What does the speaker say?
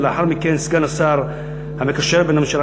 ולאחר מכן סגן השר המקשר בין הממשלה